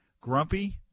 Grumpy